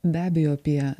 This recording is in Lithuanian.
be abejo apie